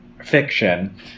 fiction